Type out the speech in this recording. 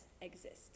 exist